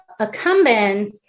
accumbens